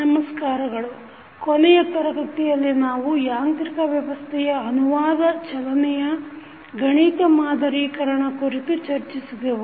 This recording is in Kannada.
ನಮಸ್ಕಾರಗಳು ಕೊನೆಯ ತರಗತಿಯಲ್ಲಿ ನಾವು ಯಾಂತ್ರಿಕ ವ್ಯವಸ್ಥೆಯ ಅನುವಾದ ಚಲನೆಯ ಗಣಿತ ಮಾದರೀಕರಣ ಕುರಿತು ಚರ್ಚಿಸಿದೆವು